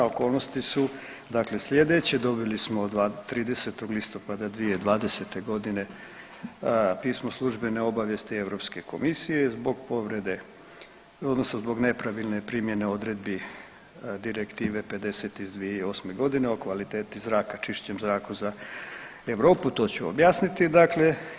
Okolnosti su dakle sljedeće, dobili smo 30. listopada 2020. g. pismo službene obavijesti EK zbog povrede, odnosno zbog nepravilne primjene odredbi Direktive 50 iz 2008. g. o kvaliteti zraka, čišćem zraku za Europu, to ću objasniti dakle.